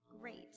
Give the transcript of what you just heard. Great